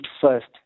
first